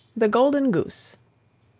the golden goose